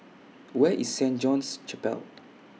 Where IS Saint John's Chapel